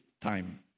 time